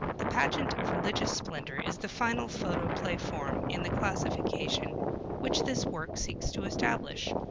the pageant of religious splendor is the final photoplay form in the classification which this work seeks to establish.